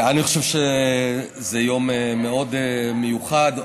אני חושב שזה יום מאוד מיוחד.